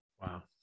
Wow